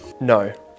No